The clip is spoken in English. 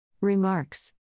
Remarks